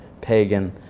pagan